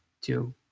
two